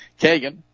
Kagan